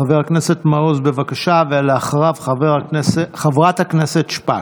חבר הכנסת מעוז, בבקשה, ואחריו, חברת הכנסת שפק.